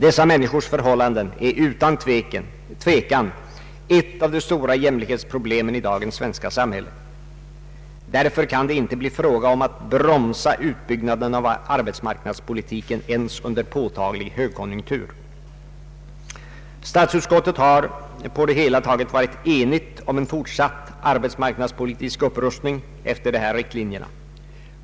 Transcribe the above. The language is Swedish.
Dessa människors förhållanden är utan tvivel ett av de stora jämlikhetsproblemen i dagens svenska samhälle. Därför kan det inte bli fråga om att bromsa utbyggnaden av arbetsmarknadspolitiken ens under påtaglig högkonjunktur. Statsutskottet har på det hela taget varit enigt om en fortsatt arbetsmarknadspolitisk upprustning efter dessa riktlinjer.